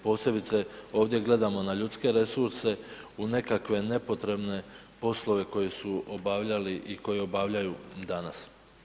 Posebice ovdje gledamo na ljudske resurse u nekakve nepotrebne poslove koje su obavljali i koje obavljaju danas.